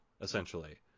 essentially